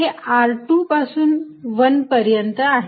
हे r 2 पासून 1 पर्यंत आहे